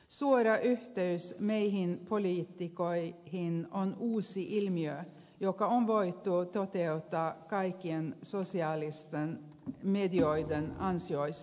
suora yhteys meihin poliitikkoihin on uusi ilmiö joka on voitu toteuttaa kaikkien sosiaalisten medioiden ansiosta